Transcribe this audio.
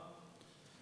תודה רבה.